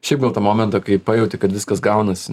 šiaip gal tą momentą kai pajauti kad viskas gaunasi